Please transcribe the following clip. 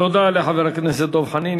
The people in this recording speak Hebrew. תודה לחבר הכנסת דב חנין.